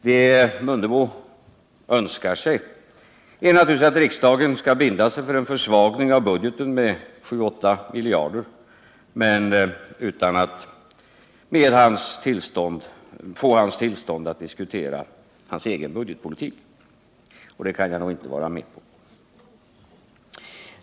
Det Ingemar Mundebo önskar sig är naturligtvis att riksdagen skall binda sig för en försvagning av budgeten med 7-8 miljarder men utan att få hans tillstånd att diskutera hans egen budgetpolitik. Det kan jag nog inte gå med på.